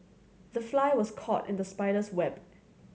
the fly was caught in the spider's web